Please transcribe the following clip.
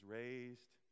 raised